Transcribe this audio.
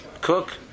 cook